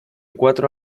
cuatro